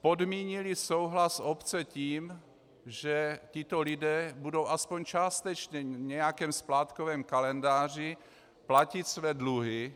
Podmínili souhlas obce tím, že tito lidé budou aspoň částečně v nějakém splátkovém kalendáři platit své dluhy.